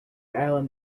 islands